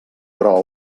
però